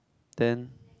ten